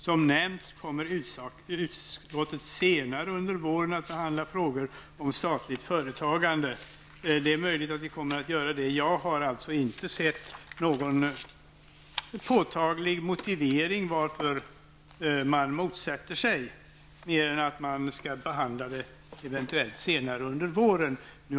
Som nämnts kommer utskottet senare under våren att behandla frågor som gäller statligt företagande. Det är möjligt att vi kommer att göra det. Jag har inte sett någon påtaglig motivering till varför man motsätter sig detta, mer än att man skall behandla det senare under våren.